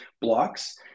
blocks